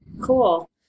Cool